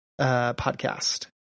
podcast